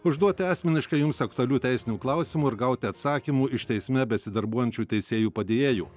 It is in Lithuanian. užduoti asmeniškai jums aktualių teisinių klausimų ir gauti atsakymų iš teisme besidarbuojančių teisėjų padėjėjų